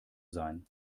sein